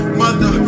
mother